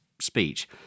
speech